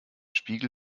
spiegel